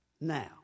Now